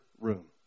room